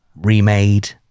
remade